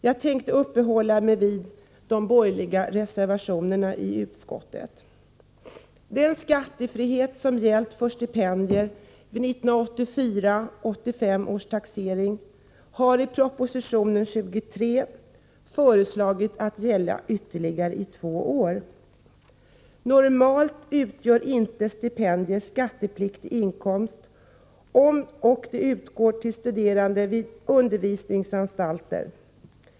Jag tänker uppehålla mig vid de borgerliga reservationerna till utskottets hemställan. Den skattefrihet som gällt för stipendier vid 1984 och 1985 års taxeringar har i proposition 1984/85:23 föreslagits att gälla i ytterligare två år. Normalt utgör inte stipendier skattepliktig inkomst, och de utgår till studerande vid undervisningsanstalter.